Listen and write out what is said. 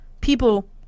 people